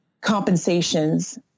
compensations